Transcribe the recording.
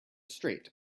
street